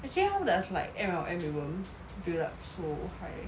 actually how does like M_L_M even build up so high